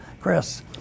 Chris